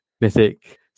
mythic